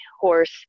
horse